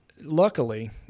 luckily